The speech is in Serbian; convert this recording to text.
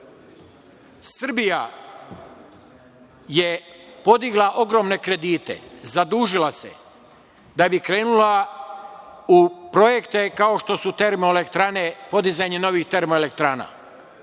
Srbija je podigla ogromne kredite, zadužila se da bi krenula u projekte, kao što su termoelektrane, podizanje novih termoelektrana. Mi